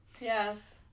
Yes